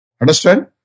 Understand